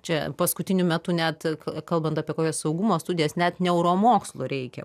čia paskutiniu metu net kalbant apie kokias saugumo studijas net neuromokslo reikia